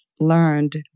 learned